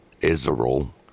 Israel